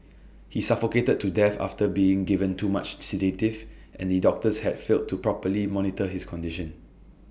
he suffocated to death after being given too much sedative and the doctors had failed to properly monitor his condition